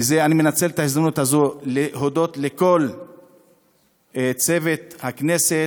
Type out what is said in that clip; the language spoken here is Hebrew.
ואני מנצל את ההזדמנות הזאת להודות לכל צוות הכנסת,